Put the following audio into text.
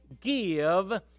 give